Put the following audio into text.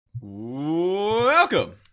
Welcome